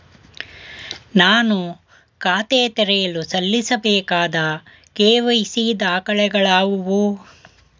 ನಾನು ಖಾತೆ ತೆರೆಯಲು ಸಲ್ಲಿಸಬೇಕಾದ ಕೆ.ವೈ.ಸಿ ದಾಖಲೆಗಳಾವವು?